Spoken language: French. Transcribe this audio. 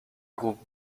groupe